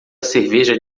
cerveja